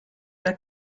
der